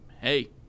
hey